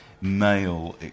male